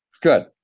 Good